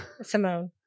simone